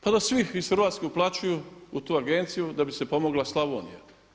Pa da svi iz Hrvatske uplaćuju u tu agenciju da bi se pomogla Slavonija.